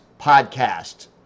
podcast